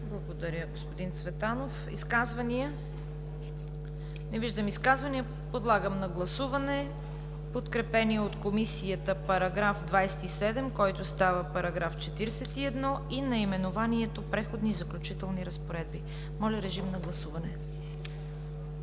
Благодаря, господин Цветанов. Изказвания? Не виждам изказвания. Подлагам на гласуване подкрепения от Комисията § 27, който става § 41, и наименованието „Преходни и заключителни разпоредби“. Гласували